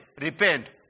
Repent